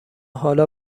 حالا